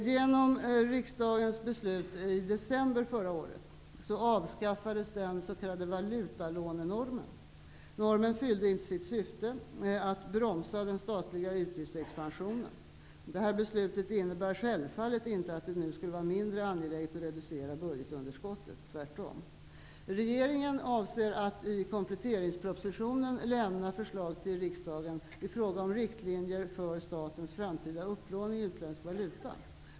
Genom riksdagens beslut i december Normen fyllde inte sitt syfte: att bromsa den statliga utgiftsexpansionen. Beslutet innebär självfallet inte att det nu skulle vara mindre angeläget att reducera budgetunderskottet. Regeringen avser att i kompletteringspropositionen lämna förslag till riksdagen i fråga om riktlinjer för statens framtida upplåning i utländsk valuta.